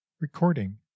Recording